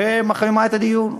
ומחרימה את הדיון.